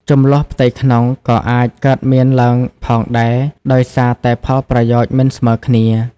ជម្លោះផ្ទៃក្នុងក៏អាចកើតមានឡើងផងដែរ ដោយសារតែផលប្រយោជន៍មិនស្មើគ្នា។